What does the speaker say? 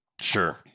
Sure